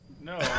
No